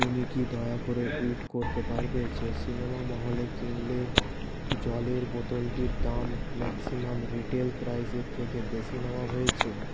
তুমি কি দয়া করে ট্যুইট করতে পারবে যে সিনেমা মহলে কিনলে জলের বোতলটির দাম ম্যাক্সিমাম রিটেল প্রাইসের থেকে বেশি নেওয়া হয়েছে